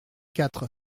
quatre